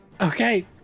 Okay